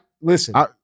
listen